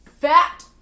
fat